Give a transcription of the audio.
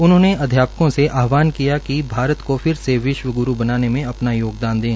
उन्होंने अध्यापकों से आहवांान किया कि वे भारत को फिर से विश्वग्रु बनाने में अपना योगदान करें